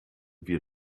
wir